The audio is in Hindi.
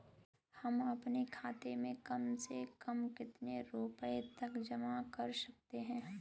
हम अपने खाते में कम से कम कितने रुपये तक जमा कर सकते हैं?